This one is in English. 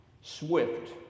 swift